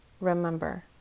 Remember